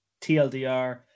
TLDR